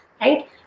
right